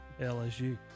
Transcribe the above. LSU